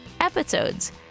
episodes